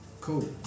Cool